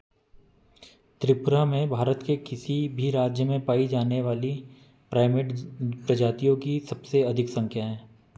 त्रिपुरा में भारत के किसी भी राज्य में पाई जाने वाली प्राइमेट प्रजातियों की सबसे अधिक संख्या है